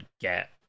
get